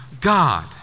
God